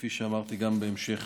כפי שאמרתי גם בהמשך